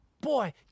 Boy